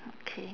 okay